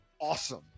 Awesome